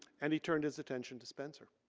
and he turned his attention to spencer.